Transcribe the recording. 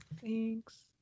Thanks